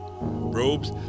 Robes